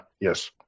yes